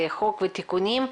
הצו.